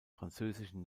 französischen